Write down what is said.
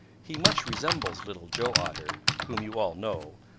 he much resembles little joe otter, whom you all know,